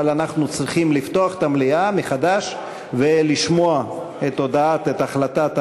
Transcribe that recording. אבל אנחנו צריכים לפתוח את המליאה מחדש ולשמוע את החלטת הוועדה.